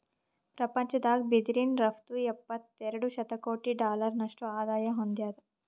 ಪ್ರಪಂಚದಾಗ್ ಬಿದಿರಿನ್ ರಫ್ತು ಎಪ್ಪತ್ತೆರಡು ಶತಕೋಟಿ ಡಾಲರ್ನಷ್ಟು ಆದಾಯ್ ಹೊಂದ್ಯಾದ್